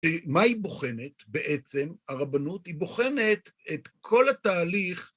מה היא בוחנת בעצם? הרבנות היא בוחנת את כל התהליך